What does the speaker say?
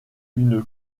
une